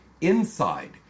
inside